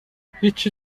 هیچی